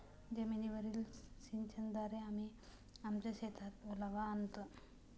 जमीनीवरील सिंचनाद्वारे आम्ही आमच्या शेतात ओलावा आणतो